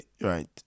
right